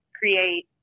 create